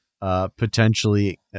potentially